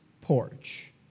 porch